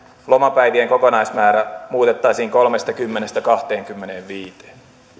lomapäivien kokonaismäärä muutettaisiin kolmestakymmenestä kahteenkymmeneenviiteen